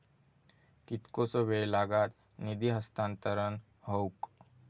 कितकोसो वेळ लागत निधी हस्तांतरण हौक?